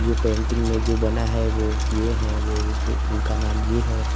ये पेंटिंग में जो बना है वो ये है उनका नाम ये है